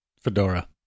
Fedora